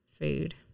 food